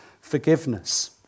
forgiveness